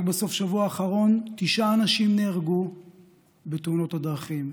רק בסוף השבוע האחרון תשעה אנשים נהרגו בתאונות הדרכים.